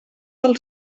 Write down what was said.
del